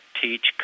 teach